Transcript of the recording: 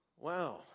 Wow